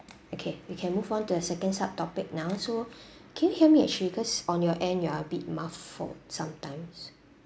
okay we can move on to the second sub topic now so can you hear me actually because on your end you are a bit muffled sometimes